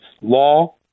law